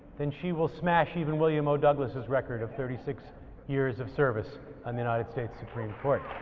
then she will smash even william o douglas' record of thirty six years of service on the united states supreme court.